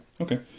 okay